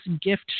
gift